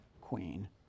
queen